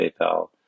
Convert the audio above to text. PayPal